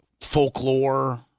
folklore